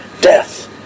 Death